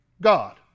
God